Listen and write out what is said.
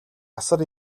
асар